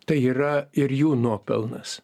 tai yra ir jų nuopelnas